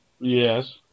Yes